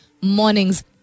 mornings